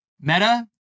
Meta